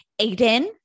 Aiden